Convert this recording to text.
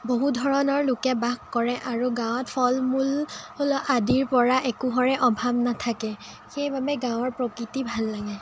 বহু ধৰণৰ লোকে বাস কৰে আৰু গাঁৱত ফল মূল আদিৰ পৰা একোৰে অভাৱ নাথাকে সেইবাবে গাঁৱৰ প্ৰকৃতি ভাল লাগে